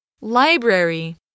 Library